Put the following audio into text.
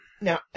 Now